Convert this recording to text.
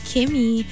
Kimmy